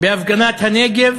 בהפגנת הנגב,